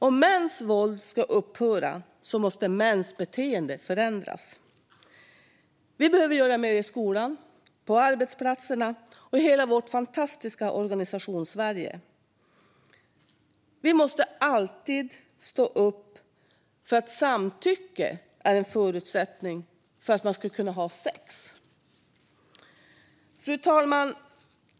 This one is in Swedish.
Om mäns våld ska upphöra måste mäns beteende förändras. Vi behöver göra mer i skolan, på arbetsplatserna och i hela vårt fantastiska Organisationssverige. Vi måste alltid stå upp för att samtycke är en förutsättning för att man ska kunna ha sex. Fru talman!